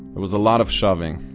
there was a lot of shoving,